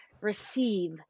receive